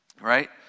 Right